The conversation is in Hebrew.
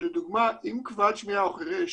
שלדוגמה אם כבד שמיעה או חירש